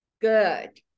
Good